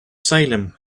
salem